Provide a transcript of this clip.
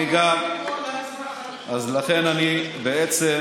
אני גם, אז לכן אני בעצם,